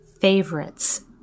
favorites